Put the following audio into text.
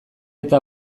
eta